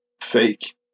fake